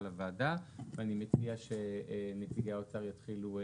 הוועדה ואני מציע שנציגי האוצר יתחילו,